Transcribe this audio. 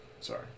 Sorry